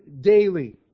daily